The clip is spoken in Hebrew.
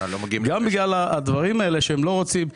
גם בגלל הדברים האלה שהם לא רוצים,